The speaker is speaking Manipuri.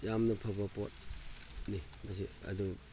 ꯌꯥꯝꯅ ꯐꯕ ꯄꯣꯠꯅꯤ ꯃꯁꯤ ꯑꯗꯨ